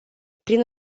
prin